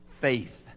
faith